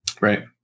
right